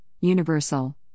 Universal